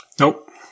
Nope